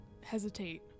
hesitate